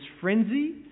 frenzy